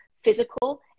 physical